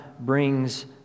brings